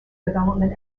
development